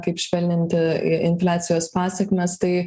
kaip švelninti infliacijos pasekmes tai